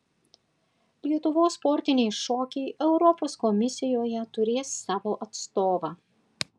lietuvos sportiniai šokiai europos komisijoje turės savo atstovą